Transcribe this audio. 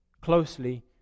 closely